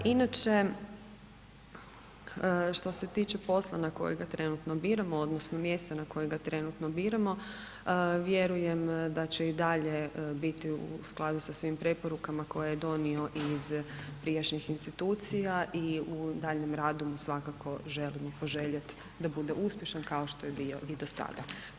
Inače, što se tiče posla na kojeg ga trenutno biramo, odnosno mjesta na koje ga trenutno biramo, vjerujem da će i dalje biti u skladu sa svim preporukama koje je donio iz prijašnjih institucija i u daljnjem radu mu svakako želim poželjeti da bude uspješan kao što je bio i do sada.